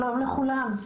שלום לכולם.